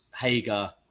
Hager